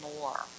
more